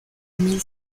mil